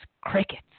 crickets